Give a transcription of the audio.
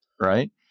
right